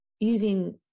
using